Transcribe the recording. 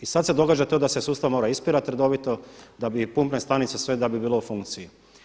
I sada se događa to da se sustav mora ispirati redovito da bi pumpne stanice sve da bi bilo u funkciji.